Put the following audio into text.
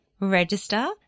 register